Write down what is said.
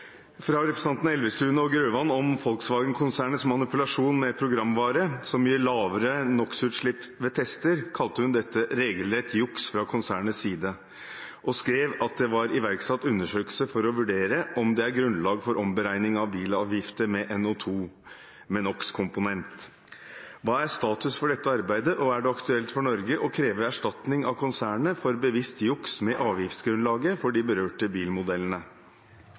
fra henholdsvis representantene Elvestuen og Grøvan om Volkswagen-konsernets manipulasjon med programvare som gir lavere NOx-utslipp ved tester, kalte hun dette «regelrett juks fra konsernets side» – og skrev at det var iverksatt undersøkelser for å vurdere om det er grunnlag for omberegning av bilavgifter med NOx-komponent. Hva er status for dette arbeidet, og er det aktuelt for Norge å kreve erstatning av konsernet for bevisst juks med avgiftsgrunnlaget for de berørte bilmodellene?»